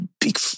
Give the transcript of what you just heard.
big